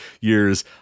years